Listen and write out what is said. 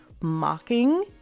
mocking